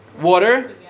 Water